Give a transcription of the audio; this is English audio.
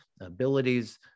abilities